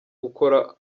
gukora